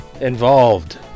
involved